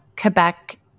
Quebec